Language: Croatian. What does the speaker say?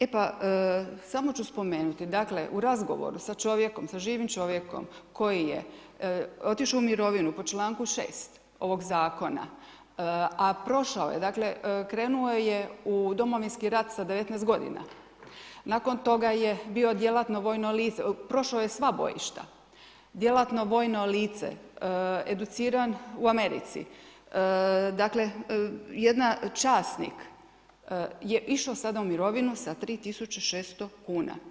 E pa, samo ću spomenuti, dakle, u razgovoru sa čovjekom, sa živim čovjekom koji je otišao u mirovinu po čl. 6. ovog Zakona, a prošao je, dakle, krenuo je u Domovinski rat sa 19. godina, nakon toga je bio djelatno vojno lice, prošao je sva bojišta, djelatno vojno lice, educiran u Americi, dakle, jedan časnik je išao sada u mirovinu sa 3600 kuna.